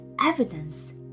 evidence